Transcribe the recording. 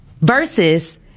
versus